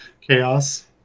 chaos